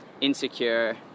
insecure